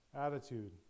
attitude